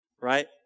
right